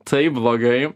taip blogai